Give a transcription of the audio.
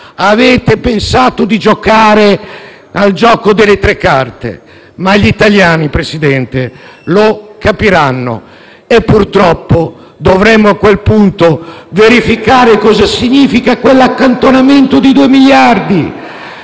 pensando di giocare al gioco delle tre carte, ma gli italiani, Presidente, lo capiranno e purtroppo dovremo a quel punto verificare cosa significa l'accantonamento di 2 miliardi